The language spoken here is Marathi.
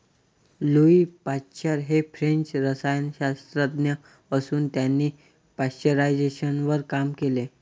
लुई पाश्चर हे फ्रेंच रसायनशास्त्रज्ञ असून त्यांनी पाश्चरायझेशनवर काम केले